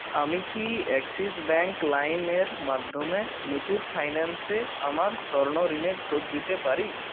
আমি কি Axis Bank লাইমের মাধ্যমে মুথুট ফাইন্যান্সে আমার স্বর্ণ ঋণের শোধ দিতে পারি